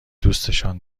دوستشان